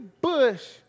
bush